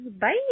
Bye